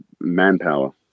manpower